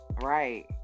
Right